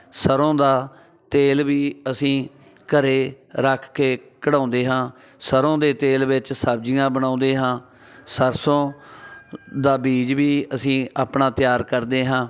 ਸਰ੍ਹੋਂ ਦਾ ਤੇਲ ਵੀ ਅਸੀਂ ਘਰ ਰੱਖ ਕੇ ਕਢਾਉਂਦੇ ਹਾਂ ਸਰ੍ਹੋਂ ਦੇ ਤੇਲ ਵਿੱਚ ਸਬਜ਼ੀਆਂ ਬਣਾਉਂਦੇ ਹਾਂ ਸਰਸੋਂ ਦਾ ਬੀਜ ਵੀ ਅਸੀਂ ਆਪਣਾ ਤਿਆਰ ਕਰਦੇ ਹਾਂ